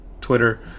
Twitter